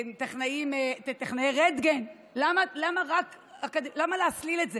טכנאי רנטגן, למה להסליל את זה?